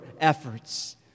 efforts